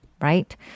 right